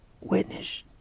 witness